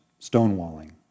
stonewalling